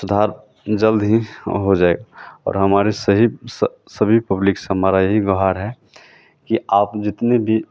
सुधार जल्द ही हो जाए और हमारे सही स सभी पब्लिक से हमारी यही गुहार है कि आप जितने भी